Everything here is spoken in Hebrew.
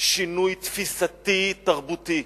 שינוי תפיסתי תרבותי,